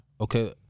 Okay